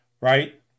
Right